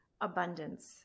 abundance